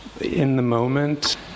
in-the-moment